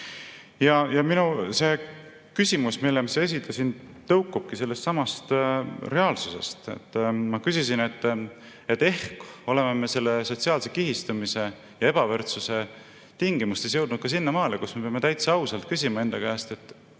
Minu küsimus, mille ma esitasin, tõukubki sellestsamast reaalsusest. Ma küsisin, et ehk oleme me selle sotsiaalse kihistumise ja ebavõrdsuse tingimustes jõudnud sinnamaale, kus me peame enda käest täitsa ausalt küsima, vahest